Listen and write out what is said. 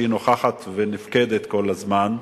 שהיא נוכחת ונפקדת כל הזמן,